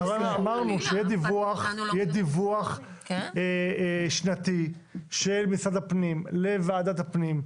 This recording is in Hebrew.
אמרנו שיהיה דיווח שנתי של משרד הפנים לוועדת הפנים.